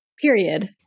period